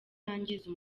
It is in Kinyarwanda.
yangiza